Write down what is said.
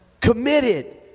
Committed